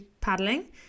paddling